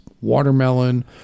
watermelon